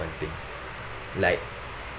one thing like